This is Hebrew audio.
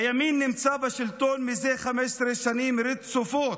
הימין נמצא בשלטון זה 15 שנים רצופות